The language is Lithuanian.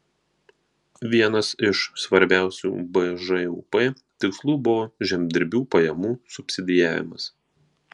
vienas iš svarbiausių bžūp tikslų buvo žemdirbių pajamų subsidijavimas